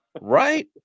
Right